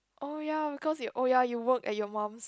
oh ya because you oh ya you work at your mum's